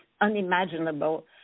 unimaginable